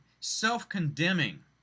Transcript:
self-condemning